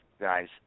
guys